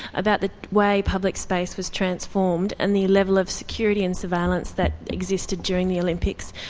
about the way public space was transformed and the level of security and surveillance that existed during the olympics.